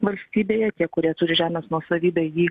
valstybėje tie kurie turi žemės nuosavybę jį